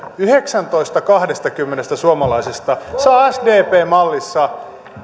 yhdeksäntoista suomalaista kahdestakymmenestä saa sdpn mallissa